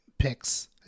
picks